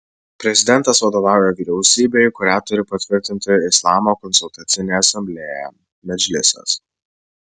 prezidentas vadovauja vyriausybei kurią turi patvirtinti islamo konsultacinė asamblėja medžlisas